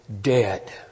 dead